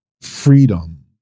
freedom